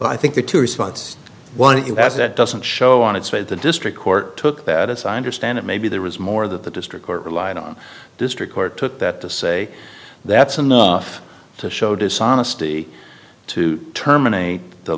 i think the two response one that doesn't show on its way the district court took that as i understand it maybe there was more that the district court relied on district court took that to say that's enough to show dishonesty to terminate the